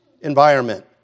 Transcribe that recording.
environment